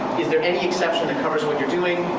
is there any exception that covers what you're doing.